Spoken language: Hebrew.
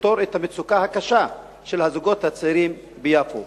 שיפתור את המצוקה הקשה של הזוגות הצעירים ביפו.